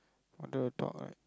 wanted to talk right